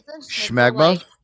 schmagma